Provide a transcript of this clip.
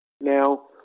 Now